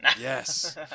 Yes